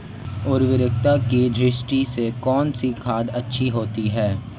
उर्वरकता की दृष्टि से कौनसी खाद अच्छी होती है?